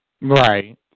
Right